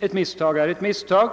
ett misstag är ett misstag.